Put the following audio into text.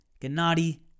Gennady